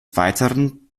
weiteren